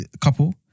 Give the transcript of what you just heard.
couple